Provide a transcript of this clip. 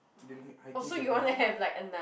then the hiking supplies